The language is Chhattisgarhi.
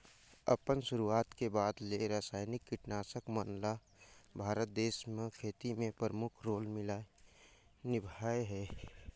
अपन शुरुआत के बाद ले रसायनिक कीटनाशक मन ल भारत देश म खेती में प्रमुख रोल निभाए हे